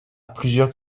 plusieurs